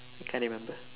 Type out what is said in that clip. I can't remember